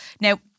Now